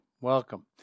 welcome